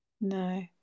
no